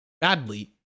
badly